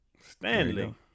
Stanley